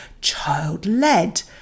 child-led